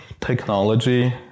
technology